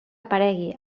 aparegui